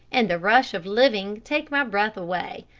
and the rush of living, take my breath away.